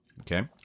Okay